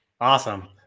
Awesome